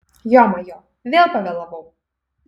jomajo vėl pavėlavau